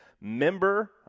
member